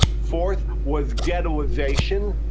fourth was ghettoisation,